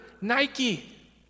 Nike